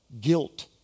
guilt